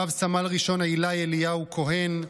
רב-סמל ראשון עילי אליהו כהן,